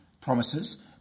promises